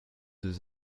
deux